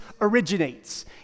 originates